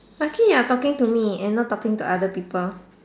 lucky you're talking to me and not talking to other people